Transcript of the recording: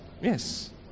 Yes